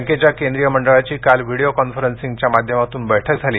बँकेच्या केंद्रीय मंडळाची काल व्हिडिओ कॉन्फरन्सिंगच्या माध्यमातून बैठक झाली